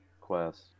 quest